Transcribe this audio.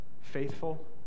Faithful